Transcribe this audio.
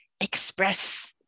express